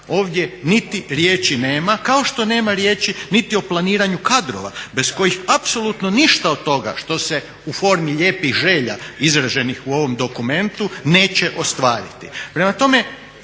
ovdje niti riječi nema kao što nema riječi niti o planiranju kadrova bez kojih apsolutno ništa od toga što se u formi lijepih želja izraženih u ovom dokumentu neće ostvariti. Prema tome,